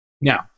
Now